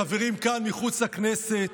החברים כאן מחוץ לכנסת.